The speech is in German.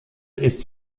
ist